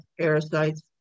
parasites